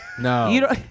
No